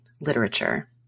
literature